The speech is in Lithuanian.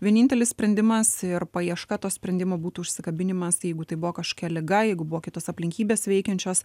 vienintelis sprendimas ir paieška to sprendimo būtų užsikabinimas jeigu tai buvo kažkokia liga jeigu buvo kitos aplinkybės veikiančios